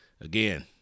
again